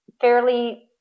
fairly